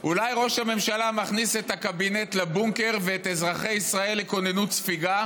אולי ראש הממשלה מכניס את הקבינט לבונקר ואת אזרחי ישראל לכוננות הספיגה